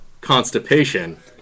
constipation